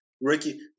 Ricky